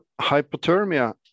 hypothermia